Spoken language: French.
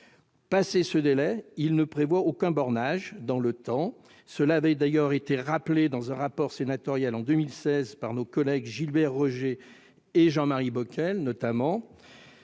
Passé ce délai, il ne prévoit aucun bornage dans le temps. Cela avait d'ailleurs été rappelé dans un rapport sénatorial en 2016 par nos collègues Gilbert Roger et Jean-Marie Bockel.